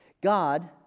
God